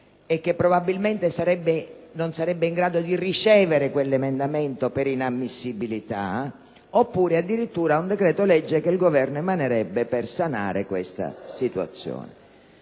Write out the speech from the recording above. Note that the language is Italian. e che probabilmente non sarebbe in grado di ricevere quell'emendamento per inammissibilità, oppure addirittura ad un decreto-legge che sarebbe emanato dal Governo per sanare questa situazione.